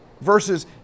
versus